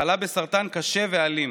חלה בסרטן קשה ואלים.